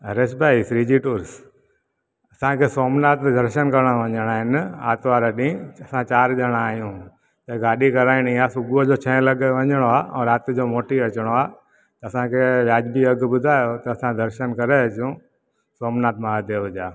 हरिष भाई फ्रीजी टूर्स असांखे सोमनाथ दर्शन करणु वञिणा आहिनि आरितुवारु ॾींहुं असां चारि ॼणा आहियूं त गाॾी कराइणी आहे सुबुह जो छहे लॻे वञिणो आहे ऐं राति जो मोटी अचिणो आहे त असांखे वाजिबी अघु ॿुधायो त असां दर्शन करे अचूं सोमनाथ माहादेव जा